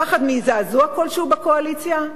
הפחד מזעזוע כלשהו בקואליציה?